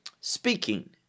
speaking